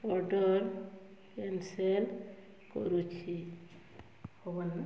order cancel କରୁଛି